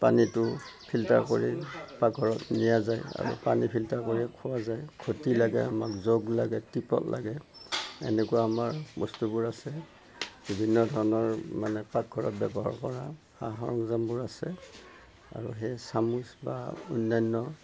পানীটো ফিল্টাৰ কৰি পাকঘৰত ধুনীয়া জেগা পানী ফিল্টাৰ কৰি খোৱা যায় ঘটি লাগে আমাক জগ লাগে টিপ'ট লাগে এনেকুৱা আমাৰ বস্তুবোৰ আছে বিভিন্ন ধৰণৰ মানে পাকঘৰত ব্যৱহাৰ কৰা সা সৰঞ্জামবোৰ আছে আৰু সেয়ে চামুচ বা অন্যান্য